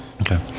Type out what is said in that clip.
Okay